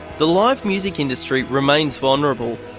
the live music industry remains vulnerable,